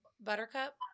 buttercup